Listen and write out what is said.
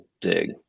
dig